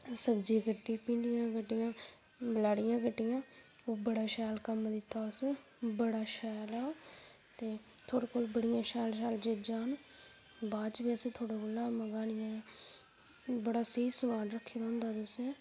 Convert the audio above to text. सब्जी कट्टी भिण्डियां कटिट्यां लड़िया कट्टियां बड़ा शैल कम्म कीता ओस बड़ा शैल ऐ ओह् ते थुआढ़े कोल बड़ियां शैल शैल चीजां न बाद बी असें तुदे कोला मंगानियां बड़ा स्हेई समान रक्खे दा होंदा तुसें